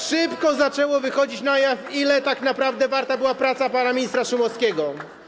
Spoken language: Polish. Szybko zaczęło wychodzić na jaw, ile tak naprawdę warta była praca pana ministra Szumowskiego.